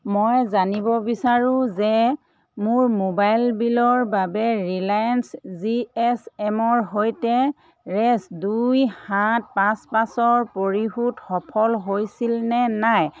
মই জানিব বিচাৰো যে মোৰ মোবাইল বিলৰ বাবে ৰিলায়েন্স জি এছ এম ৰ সৈতে ৰেছ দুই সাত পাঁচ পাঁচৰ পৰিশোধ সফল হৈছিল নে নাই